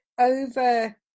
over